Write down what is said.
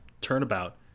turnabout